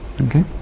Okay